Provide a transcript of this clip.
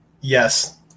yes